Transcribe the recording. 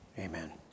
Amen